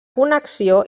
connexió